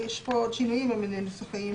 מחלקת חינוך.